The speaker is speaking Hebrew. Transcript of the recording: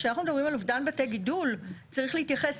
כשאנחנו מדברים על אובדן בתי גידול, צריך להתייחס.